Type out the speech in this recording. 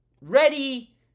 ready